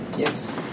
Yes